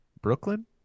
Brooklyn